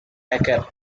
hacker